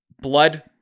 blood